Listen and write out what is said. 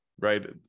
right